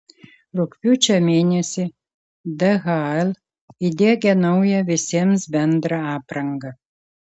rugpjūčio mėnesį dhl įdiegia naują visiems bendrą aprangą